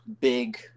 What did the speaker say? big